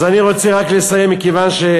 אז אני רוצה רק לסיים מכיוון,